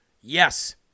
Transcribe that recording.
yes